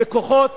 בכוחות